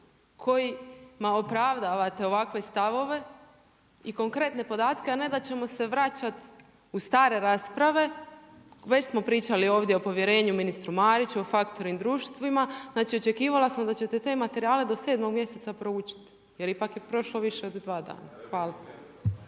kojima opravdavate ovakve stavove i konkretne podatke a ne da ćemo se vraćati u stare rasprave. Već smo pričali ovdje o povjerenju ministru Mariću, o faktoring društvima, znači očekivala sam da ćete te materijale do 7. mjeseca proučiti, jer ipak je prošlo više od 2 dana. Hvala.